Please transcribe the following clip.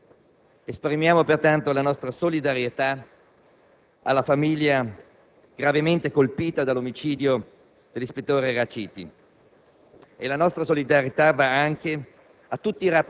mai avrebbero dovuto accadere. Esprimiamo pertanto la nostra solidarietà alla famiglia, gravemente colpita dall'omicidio dell'ispettore Raciti,